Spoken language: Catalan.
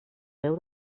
veu